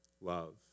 love